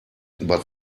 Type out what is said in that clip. but